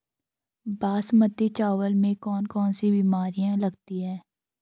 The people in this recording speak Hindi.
बासमती चावल में कौन कौन सी बीमारियां लगती हैं?